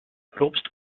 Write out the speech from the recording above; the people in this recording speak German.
propst